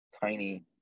tiny